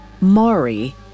Mari